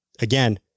Again